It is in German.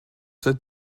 seit